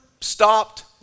stopped